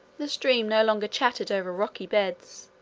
the stream no longer chattered over rocky beds,